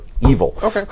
evil